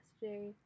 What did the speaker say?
yesterday